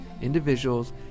individuals